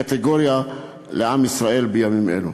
קטגוריה על עם ישראל בימים אלו.